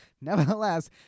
Nevertheless